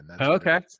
Okay